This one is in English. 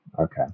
Okay